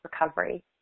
recovery